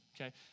okay